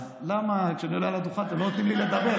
אז למה כשאני על הדוכן אתם לא נותנים לי לדבר?